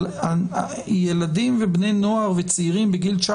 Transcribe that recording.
אבל ילדים ובני נוער וצעירים בגיל 19